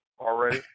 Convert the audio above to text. already